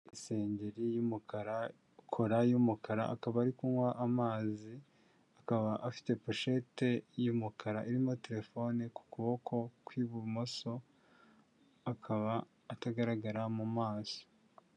Isengeri y'umukara, kora y'umukara, akaba ari kunywa amazi, akaba afite poshete y'umukara irimo terefone ku kuboko kw'ibumoso, akaba atagaragara mu maso.